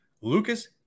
Lucas